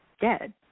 dead